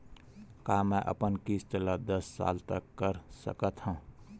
का मैं अपन किस्त ला दस साल तक कर सकत हव?